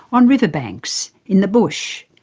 on riverbanks, in the bush.